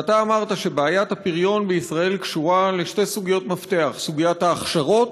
שאמרת שבעיית הפריון בישראל קשורה לשתי סוגיות מפתח: סוגיית ההכשרות